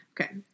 Okay